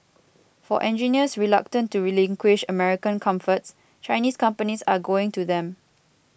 for engineers reluctant to relinquish American comforts Chinese companies are going to them